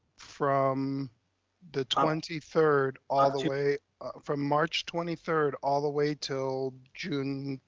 from the twenty third, all the way from march twenty third, all the way til june,